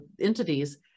entities